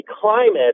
climate